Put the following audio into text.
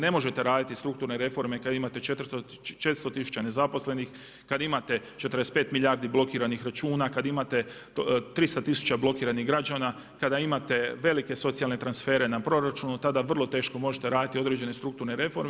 Ne možete raditi strukturne reforme kada imate 400 tisuća nezaposlenih, kada imate 45 milijardi blokiranih računa, kada imate 300 tisuća blokiranih građana, kada imate velike socijalne transfere na proračunu tada vrlo teško možete raditi određene strukturne reforme.